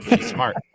Smart